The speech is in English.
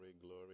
glory